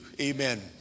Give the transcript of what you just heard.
amen